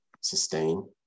sustain